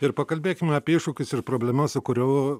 ir pakalbėkime apie iššūkius ir problemas su kurio